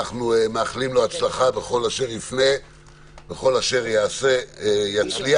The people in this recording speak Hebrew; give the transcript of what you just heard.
אנו מאחלים לו הצלחה בכל אשר יפנה ויעשה - יצליח.